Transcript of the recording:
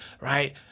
Right